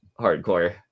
hardcore